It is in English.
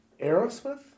Aerosmith